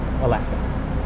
Alaska